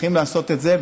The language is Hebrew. צריכים לעשות את זה,